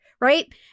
right